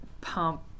pump